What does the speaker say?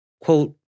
Quote